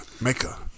maker